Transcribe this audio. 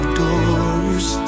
doors